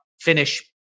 finish